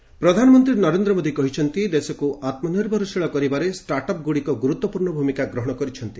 PM startup India ପ୍ରଧାନମନ୍ତ୍ରୀ ନରେନ୍ଦ୍ର ମୋଦି କହିଛନ୍ତି ଦେଶକୁ ଆତ୍ମନିର୍ଭରଶୀଳ କରିବାରେ ଷ୍ଟାର୍ଟଅପ୍ଗୁଡିକ ଗୁରୁତ୍ୱପୂର୍ଣ୍ଣ ଭୂମିକା ଗ୍ରହଣ କରିଛନ୍ତି